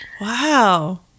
Wow